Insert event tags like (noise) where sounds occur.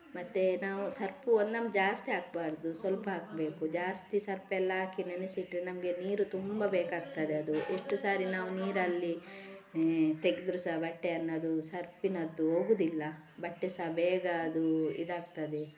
ಮತ್ತೆ ನಾವು ಸರ್ಪು (unintelligible) ಜಾಸ್ತಿ ಹಾಕ್ಬಾರ್ದು ಸ್ವಲ್ಪ ಹಾಕ್ಬೇಕು ಜಾಸ್ತಿ ಸರ್ಪ್ ಎಲ್ಲ ಹಾಕಿ ನೆನೆಸಿಟ್ಟರೆ ನಮಗೆ ನೀರು ತುಂಬ ಬೇಕಾಗ್ತದೆ ಅದು ಎಷ್ಟು ಸಾರಿ ನಾವು ನೀರಲ್ಲಿ ತೆಗೆದ್ರು ಸಹ ಬಟ್ಟೆ ಅನ್ನೋದು ಸರ್ಪಿನದ್ದು ಹೋಗುದಿಲ್ಲ ಬಟ್ಟೆ ಸಹ ಬೇಗ ಅದು ಇದಾಗ್ತದೆ